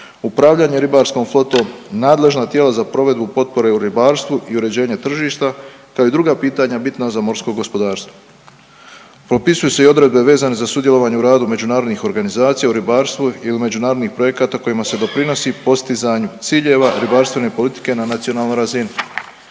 upravljanje ribarskom flotom, nadležna tijela za provedbu potpore u ribarstvu i uređenje tržišta, kao i druga pitanja bitna za morsko gospodarstvo. Propisuju se i odredbe vezano za sudjelovanje u radu međunarodnih organizacija u ribarstvu ili međunarodnih projekata kojima se doprinosi postizanju ciljeva ribarstvene politike na nacionalnoj razini.